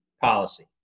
policy